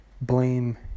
blame